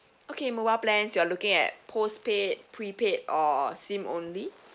okay mobile plans you are looking at postpaid prepaid or sim only